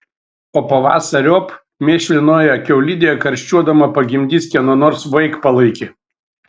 o pavasariop mėšlinoje kiaulidėje karščiuodama pagimdys kieno nors vaikpalaikį